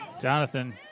Jonathan